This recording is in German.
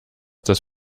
das